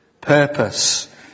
Purpose